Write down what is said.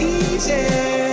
easy